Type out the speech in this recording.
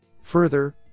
Further